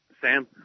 Sam